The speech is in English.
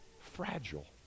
fragile